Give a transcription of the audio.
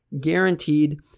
guaranteed